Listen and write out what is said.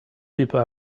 people